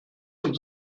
uns